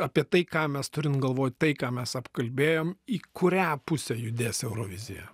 apie tai ką mes turin galvoti tai ką mes apkalbėjom į kurią pusę judės eurovizija